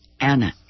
Anna